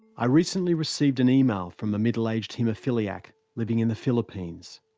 ah recently received an email from a middle-aged haemophiliac living in the philippines.